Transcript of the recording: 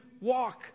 walk